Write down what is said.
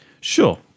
Sure